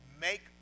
make